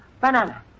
Banana